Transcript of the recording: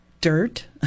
dirt